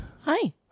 Hi